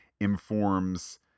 informs